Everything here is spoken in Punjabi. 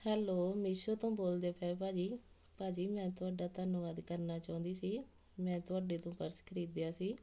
ਹੈਲੋ ਮੀਸ਼ੋ ਤੋਂ ਬੋਲਦੇ ਪਏ ਭਾਅ ਜੀ ਭਾਅ ਜੀ ਮੈਂ ਤੁਹਾਡਾ ਧੰਨਵਾਦ ਕਰਨਾ ਚਾਹੁੰਦੀ ਸੀ ਮੈਂ ਤੁਹਾਡੇ ਤੋਂ ਪਰਸ ਖਰੀਦਿਆ ਸੀ